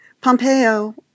Pompeo